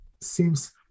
seems